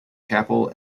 capel